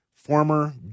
Former